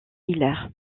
hilaire